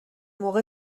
موقع